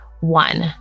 One